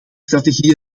strategie